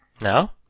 No